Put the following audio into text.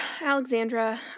Alexandra